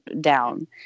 down